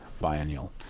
biennial